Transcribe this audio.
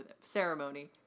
ceremony